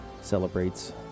celebrates